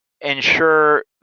ensure